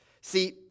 See